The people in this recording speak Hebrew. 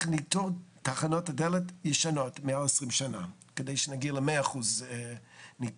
ניטור תחנות הדלק ישנות מעל 20 שנה כדי שנגיע ל-100% ניטור.